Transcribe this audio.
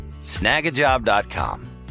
Snagajob.com